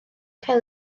cael